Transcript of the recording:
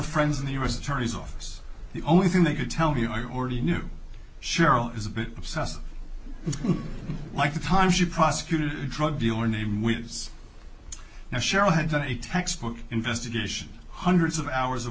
friends in the u s attorney's office the only thing they could tell me i already knew cheryl is a bit obsessive like the time she prosecuted a drug dealer name which is now cheryl had a textbook investigation hundreds of hours of